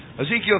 Ezekiel